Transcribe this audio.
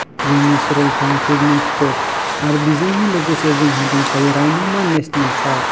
जोंनि Saralpara picnic spot आरो बेजोंनो लोगोसे जोंहा दंफायो रायमना नेसनेल पार्क